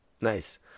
Nice